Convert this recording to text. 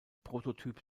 prototyp